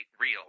real